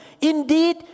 Indeed